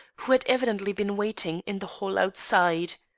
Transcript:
who had evidently been waiting in the hall outside.